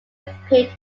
appeared